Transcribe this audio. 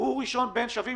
הוא ראשון בן שווים.